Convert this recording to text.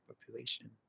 population